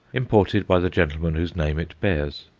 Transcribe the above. imported by the gentleman whose name it bears.